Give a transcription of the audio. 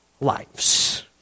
lives